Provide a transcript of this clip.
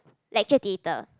lecture theatre